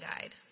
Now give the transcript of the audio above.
guide